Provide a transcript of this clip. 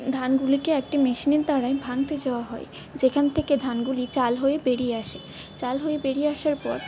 ধানগুলিকে একটি মেশিনের দ্বারা ভাঙতে যাওয়া হয় যেখান থেকে ধানগুলি চাল হয়ে বেরিয়ে আসে চাল হয়ে বেরিয়ে আসার পর